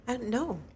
No